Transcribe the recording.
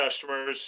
customers